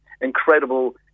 incredible